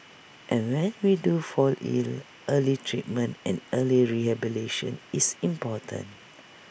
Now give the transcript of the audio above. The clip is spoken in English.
and when we do fall ill early treatment and early rehabilitation is important